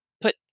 put